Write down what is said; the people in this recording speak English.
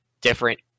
different